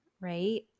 right